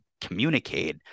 communicate